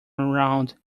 around